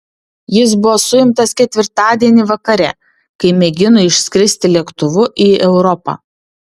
jis buvo suimtas ketvirtadienį vakare kai mėgino išskristi lėktuvu į europą